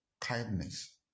kindness